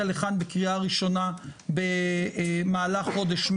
השאלה הראשונה נגעה במענק ההסתגלות ולא מענק לשכר דירה.